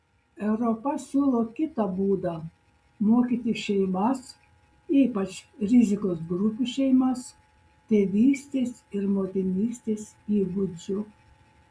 europa siūlo kitą būdą mokyti šeimas ypač rizikos grupių šeimas tėvystės ir motinystės įgūdžių